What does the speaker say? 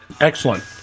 Excellent